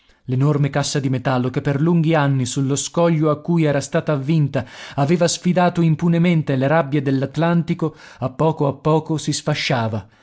l'enorme cassa di metallo che per lunghi anni sullo scoglio a cui era stata avvinta aveva sfidato impunemente le rabbie dell'atlantico a poco a poco si sfasciava